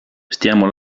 stiamo